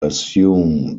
assume